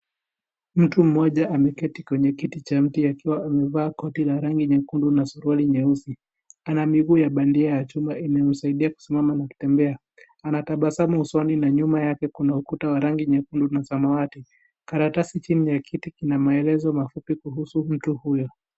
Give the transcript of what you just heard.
Mtu mmoja ameketi kwenye kiti cha mti akiwa amevaa koti la rangi nyekundu na suruali nyeusi. Ana miguu ya bandia ya chuma inayomsaidia kusimama na kutembea. Ana tabasamu usoni, na nyuma yake kuna ukuta wa rangi nyekundu na samawati. Karatasi chini ya kiti kina maelezo mafupi kuhusu mtu huyu.